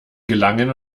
gelangen